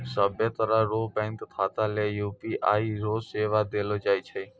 सभ्भे तरह रो बैंक खाता ले यू.पी.आई रो सेवा देलो जाय छै